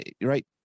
right